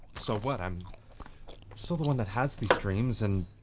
so what, i'm still the one that has these dreams, and